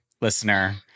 listener